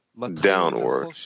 Downward